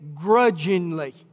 grudgingly